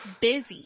busy